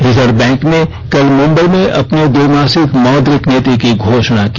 reserve bank ने कल मुम्बई में अपनी द्विमासिक मौद्रिक नीति की घोषणा की